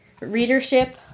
Readership